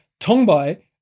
Tongbai